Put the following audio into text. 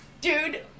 dude